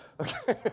Okay